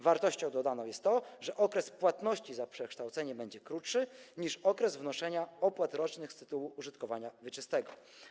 Wartością dodaną jest to, że okres płatności za przekształcenie będzie krótszy niż okres wnoszenia opłat rocznych z tytułu użytkowania wieczystego.